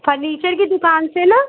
furniture की दुकान से ना